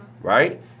Right